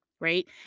right